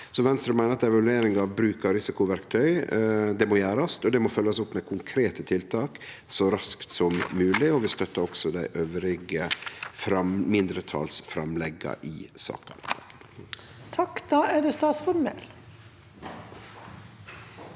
Venstre meiner at evalueringa av bruk av risikoverktøy må gjerast, og det må følgjast opp med konkrete tiltak så raskt som mogleg. Vi støttar også dei andre mindretalsframlegga i saka.